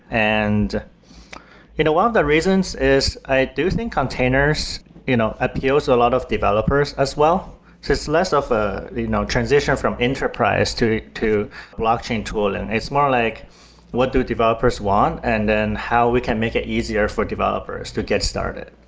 and one you know of the reasons is i do think containers you know appeal to a lot of developers as well, just less of a you know transition from enterprise to to blockchain tool and it's more like what do developers want and then how we can make it easier for developers to get started.